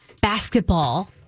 basketball